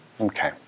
Okay